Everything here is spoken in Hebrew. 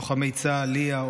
לוחמי צה"ל ליה,